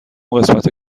قسمت